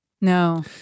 No